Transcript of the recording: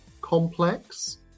complex